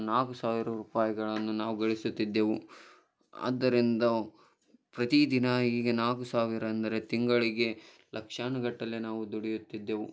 ನಾಲ್ಕು ಸಾವಿರ ರೂಪಾಯಿಗಳನ್ನು ನಾವು ಗಳಿಸುತ್ತಿದ್ದೆವು ಆದ್ದರಿಂದ ಪ್ರತಿ ದಿನ ಈಗೆ ನಾಲ್ಕು ಸಾವಿರ ಅಂದರೆ ತಿಂಗಳಿಗೆ ಲಕ್ಷಾನುಗಟ್ಟಲೆ ನಾವು ದುಡಿಯುತ್ತಿದ್ದೆವು